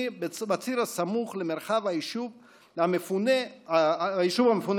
בציר הסמוך למרחב היישוב המפונה חומש,